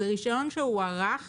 זה רישיון שהוארך